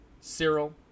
Cyril